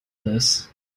this